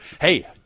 Hey